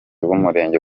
w’umurenge